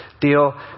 deal